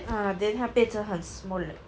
ah then 他变成很 small